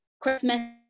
Christmas